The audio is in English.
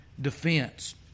defense